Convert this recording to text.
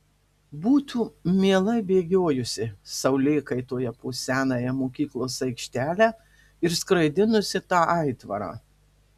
būtų mielai bėgiojusi saulėkaitoje po senąją mokyklos aikštelę ir skraidinusi tą aitvarą